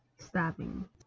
stabbing